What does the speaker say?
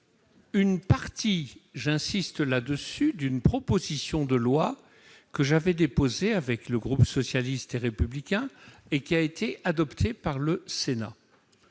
une partie- j'insiste sur ce point -d'une proposition de loi que j'avais déposée avec le groupe socialiste et républicain et qui a été adoptée par le Sénat.